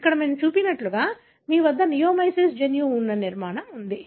కాబట్టి మేము ఇక్కడ చూపినట్లుగా మీ వద్ద నియోమైసిన్ జన్యువు ఉన్న నిర్మాణం ఉంది